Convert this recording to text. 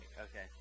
Okay